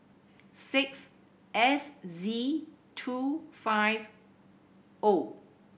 six S Z two five O